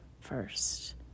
first